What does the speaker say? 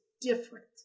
different